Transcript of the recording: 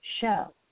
show